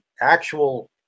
actual